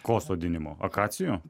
ko sodinimo akacijų